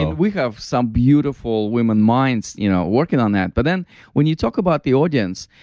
and we have some beautiful women minds you know working on that but then when you talk about the audience,